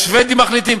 השבדים מחליטים,